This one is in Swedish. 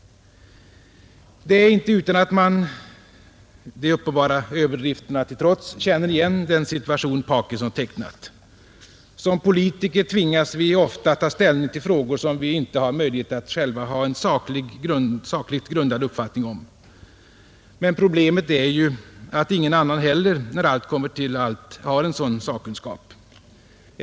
Det är inte utan att man — de uppenbara överdrifterna till trots — känner igen den situation Parkinson tecknat, Som politiker tvingas vi ofta att ta ställning till frågor som vi inte har ighet att själva ha en sakligt grundad uppfattning om. Men problemet är ju att ingen annan heller, när allt kommer omkring, har en sådan sakkunskap.